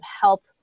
help